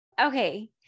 Okay